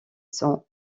son